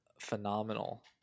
phenomenal